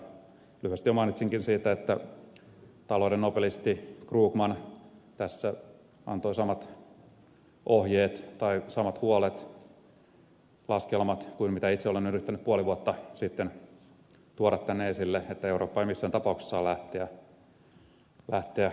lyhyesti jo mainitsinkin siitä että talouden nobelisti krugman tässä antoi samat ohjeet tai samat huolet laskelmat kuin mitä itse olen yrittänyt puoli vuotta sitten tuoda tänne esille että eurooppa ei missään tapauksessa saa lähteä kiristämään